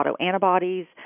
autoantibodies